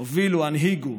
הובילו, הנהיגו,